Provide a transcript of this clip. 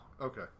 Okay